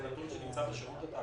זה נתון שנמצא בשירות התעסוקה,